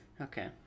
Okay